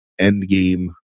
endgame